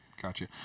Gotcha